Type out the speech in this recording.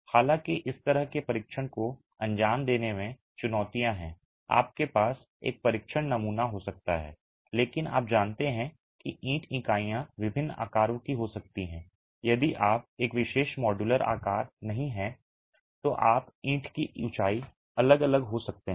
हालाँकि इस तरह के परीक्षण को अंजाम देने में चुनौतियाँ हैं आपके पास एक परीक्षण नमूना हो सकता है लेकिन आप जानते हैं कि ईंट इकाइयाँ विभिन्न आकारों की हो सकती हैं यदि आप एक विशेष मॉड्यूलर आकार नहीं हैं तो आप ईंट की ऊँचाई अलग अलग हो सकते हैं